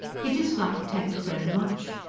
he disliked taine very much.